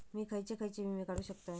मी खयचे खयचे विमे काढू शकतय?